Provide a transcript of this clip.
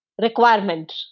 requirement